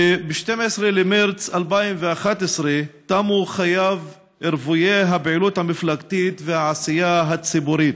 שב-12 במרס 2011 תמו חייו רוויי הפעילות המפלגתית והעשייה הציבורית.